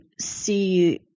see –